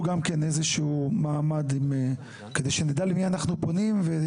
גם מעמד כדי שנדע למי אנחנו פונים.